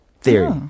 theory